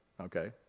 Okay